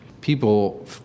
people